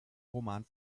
roman